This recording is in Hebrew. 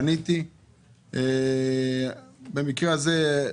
פניתי במקרה הזה,